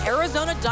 Arizona